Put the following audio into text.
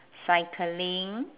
cycling